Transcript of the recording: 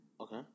okay